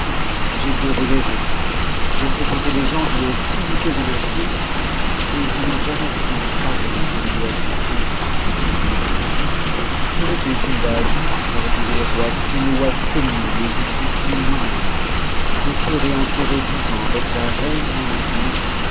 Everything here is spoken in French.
j bien voyagé j'ai fréquenté des gens d'une infinité de nations et je n'ai jamais ouï parler d'une loi si cruelle que veux-tu sindbad me rcpondit le roi c'est une loi commune et j'y suis soumis moi-même je serai enterré vivant avec la reine mon épouse